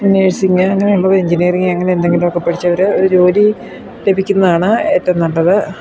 nursing അങ്ങനെയുള്ളത് engineering അങ്ങനെ എന്തെങ്കിലും ഒക്കെ പഠിച്ചു അവർ ഒരു ജോലി ലഭിക്കുന്നതാണ് ഏറ്റവും നല്ലത്